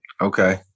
Okay